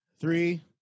Three